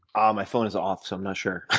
ah my phone is off, so i'm not sure.